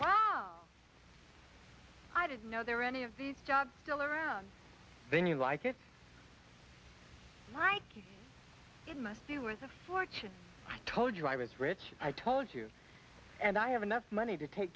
here i didn't know there were any of these jobs still around then you like it right it must be worth a fortune i told you i was rich i told you and i have enough money to take